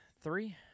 three